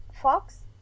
fox